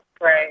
Right